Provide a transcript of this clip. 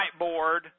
whiteboard